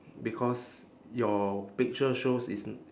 because your picture shows it's n~